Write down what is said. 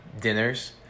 dinners